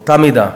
באותה מידה.